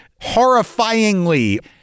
horrifyingly